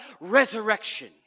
Resurrection